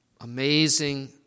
amazing